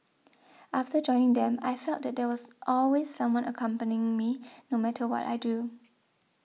after joining them I felt that there was always someone accompanying me no matter what I do